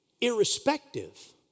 irrespective